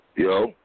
Yo